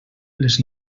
les